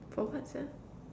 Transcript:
for what sia